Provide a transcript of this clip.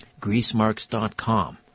GreaseMarks.com